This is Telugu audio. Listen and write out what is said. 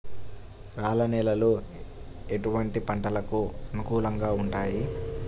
రాళ్ల నేలలు ఎటువంటి పంటలకు అనుకూలంగా ఉంటాయి?